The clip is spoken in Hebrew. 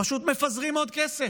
פשוט מפזרים עוד כסף.